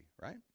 right